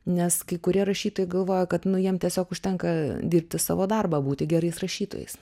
nes kai kurie rašytojai galvoja kad jiem tiesiog užtenka dirbti savo darbą būti gerais rašytojais